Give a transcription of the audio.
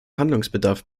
handlungsbedarf